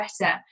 better